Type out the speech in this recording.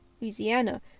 Louisiana